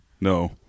No